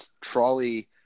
trolley